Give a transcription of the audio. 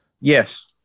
Yes